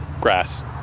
grass